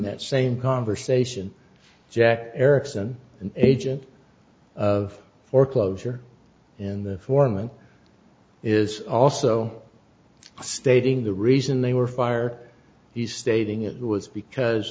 that same conversation jack erickson an agent of foreclosure in the foreman is also stating the reason they were fire he's stating it was because